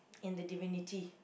in the divinity